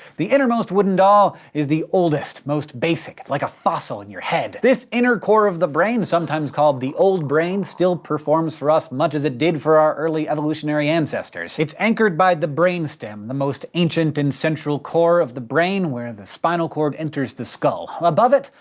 the innermost wooden doll is the oldest, most basic. it's like a fossil in your head. this inner core of the brain, sometimes called the old brain still performs for us much as it did for our early evolutionary ancestors. it's anchored by the brainstem, the most ancient and central core of the brain where the spinal brain enters the skull. above it,